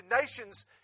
nations